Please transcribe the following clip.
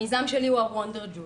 המיזם שלי הוא ה'וונדר ג'ול',